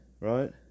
right